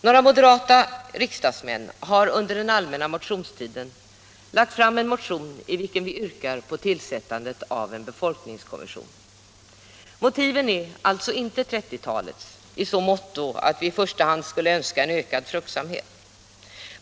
Några moderata riksdagsledamöter har under den allmänna motionstiden lagt fram en motion, i vilken vi yrkar på tillsättandet av en befolkningskommision. Motivet är alltså inte 1930-talets i så måtto att vi i första hand skulle önska en ökad fruktsamhet.